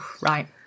right